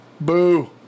Boo